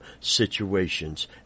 situations